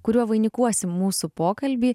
kuriuo vainikuosim mūsų pokalbį